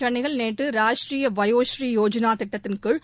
சென்னையில் நேற்று ராஷ்ட்ரிய வயோபூர் யோஜனா திட்டத்தின் கீழ்